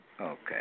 Okay